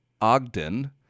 Ogden